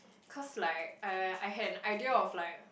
because like uh I had an idea of like